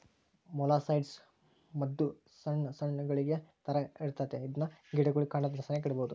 molluscicide ಮದ್ದು ಸೊಣ್ ಸೊಣ್ ಗುಳಿಗೆ ತರ ಇರ್ತತೆ ಇದ್ನ ಗಿಡುಗುಳ್ ಕಾಂಡದ ಸೆನೇಕ ಇಡ್ಬಕು